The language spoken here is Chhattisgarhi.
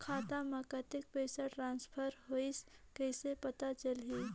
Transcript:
खाता म कतेक पइसा ट्रांसफर होईस कइसे पता चलही?